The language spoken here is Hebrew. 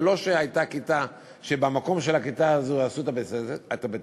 ולא שהייתה כיתה ובמקום של הכיתה הזו עשו את בית-העסק.